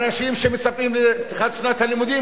האנשים שמצפים לפתיחת שנת הלימודים,